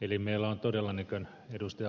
eli meillä on todella niin kuin ed